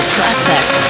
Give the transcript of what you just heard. Prospect